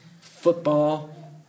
football